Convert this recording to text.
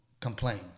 complain